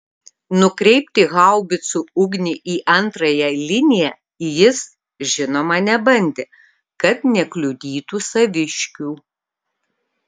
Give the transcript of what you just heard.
nukreipti haubicų ugnį į antrąją liniją jis žinoma nebandė kad nekliudytų saviškių